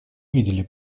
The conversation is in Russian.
видели